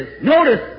Notice